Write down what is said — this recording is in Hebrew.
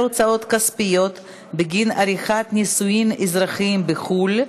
הוצאות כספיות בגין עריכת נישואין אזרחיים בחו"ל,